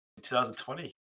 2020